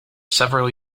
several